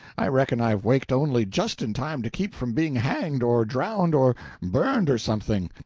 i reckon i've waked only just in time to keep from being hanged or drowned or burned or something.